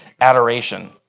adoration